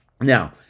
Now